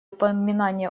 упоминания